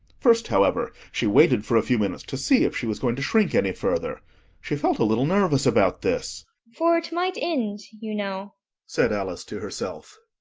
first, however, she waited for a few minutes to see if she was going to shrink any further she felt a little nervous about this for it might end, you know said alice to herself,